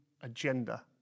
agenda